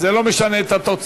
זה לא משנה את התוצאה.